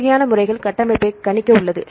பல வகையான முறைகள் கட்டமைப்பை கணிக்க உள்ளது